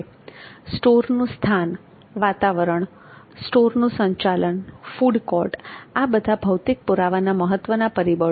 સ્ટોરનું સ્થાન વાતાવરણ સ્ટોરનું સંચાલન ફૂડ કોર્ટ આ બધા ભૌતિક પુરાવાના મહત્વના પરિબળો છે